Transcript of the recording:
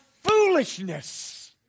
foolishness